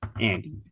Andy